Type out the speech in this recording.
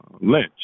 Lynch